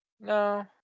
No